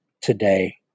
today